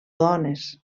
dones